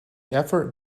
effort